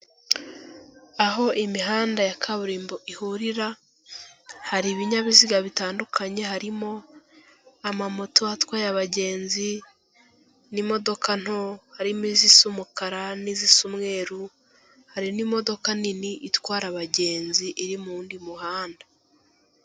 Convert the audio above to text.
Aho imihanda ya kaburimbo ihurira hari ibinyabiziga bitandukanye harimo amamoto atwaye abagenzi n'imodoka nto, harimo izisa umukara n'izisa umweru, hari n'imodoka nini itwara abagenzi iri mu wundi muhanda.